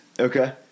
Okay